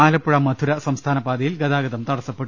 ആലപ്പുഴ മധുര സംസ്ഥാനപാതയിൽ ഗതാഗതം തടസ്സപ്പെട്ടു